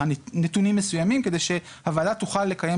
נתונים מסוימים כדי שהוועדה תוכל לקיים